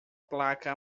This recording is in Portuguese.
placa